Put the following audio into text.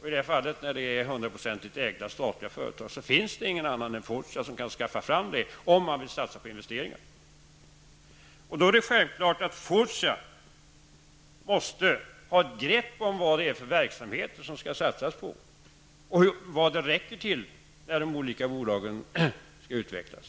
I det här fallet, när det är fråga om hundraprocentigt statligt ägda företag, finns det ingen annan än Fortia som kan skaffa fram kapital till investeringar. Det är då självklart att Fortia måste ha ett grepp om vilka verksamheter som det skall satsas på och vad medlen räcker till när de olika företagen skall utvecklas.